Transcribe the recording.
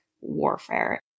warfare